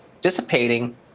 dissipating